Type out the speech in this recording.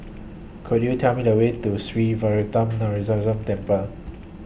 Could YOU Tell Me The Way to Sree Veeramuthu Muneeswaran Temple